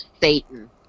satan